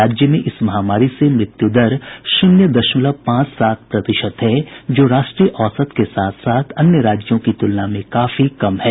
राज्य में इस महामारी से मृत्यु दर शून्य दशमलव पांच सात प्रतिशत है जो राष्ट्रीय औसत के साथ साथ अन्य राज्यों की तुलना में काफी कम है